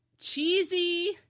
cheesy